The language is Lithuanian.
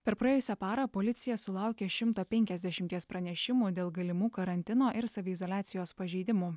per praėjusią parą policija sulaukė šimto penkiasdešimties pranešimų dėl galimų karantino ir saviizoliacijos pažeidimų